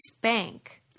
Bank